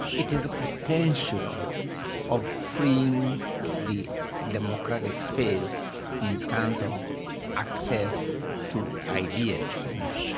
it has a potential of freeing the democratic space in terms of access to ideas, you know,